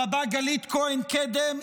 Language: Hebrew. הרבה גלית כהן קדם,